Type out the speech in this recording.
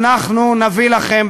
אנחנו נביא לכם,